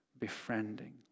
befriending